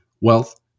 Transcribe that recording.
wealth